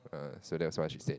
err so that was what she said